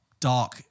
dark